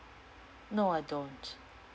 no I don't